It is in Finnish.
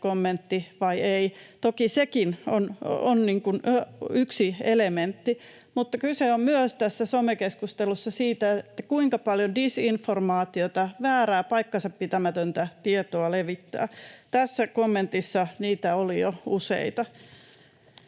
kommentti vai ei. Toki sekin on yksi elementti, mutta kyse tässä somekeskustelussa on myös siitä, kuinka paljon disinformaatiota — väärää, paikkansapitämätöntä tietoa — levittää. Tässä kommentissa niitä oli jo useita.